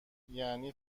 یعنی